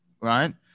right